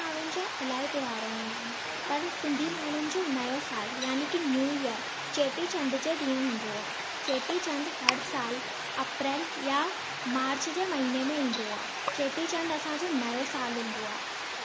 सिंधी माण्हुनि जा इलाही त्योहार हूंदा आहिनि पर सिंधी माण्हुनि जो नओं सालु याने की न्यू इअर चेटी चंड जे ॾींहुं हूंदो आहे चेटी चंडु हर सालु अप्रेल या मार्च जे महिने में ईंदो आहे चेटी चंडु असांजो नओं सालु हूंदो आहे